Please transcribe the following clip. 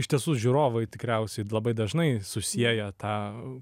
iš tiesų žiūrovai tikriausiai labai dažnai susieja tą